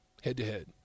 head-to-head